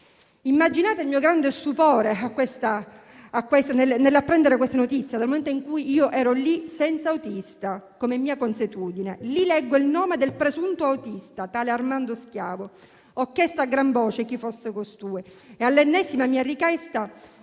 Immaginate il mio grande stupore nell'apprendere questa notizia, dal momento che ero lì senza autista, come mia consuetudine. Leggo il nome del presunto autista, tale Armando Schiavo. Chiedo a gran voce chi sia costui: all'ennesima mia richiesta,